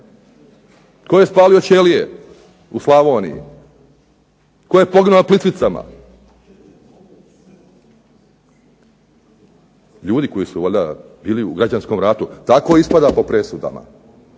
Tko je spalio ćelije u Slavoniji? Tko je poginuo na Plitvicama? Ljudi koji su valjda bili u građanskom ratu, tako ispada po presudama.